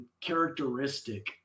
characteristic